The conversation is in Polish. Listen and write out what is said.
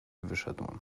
wyszedłem